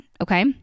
Okay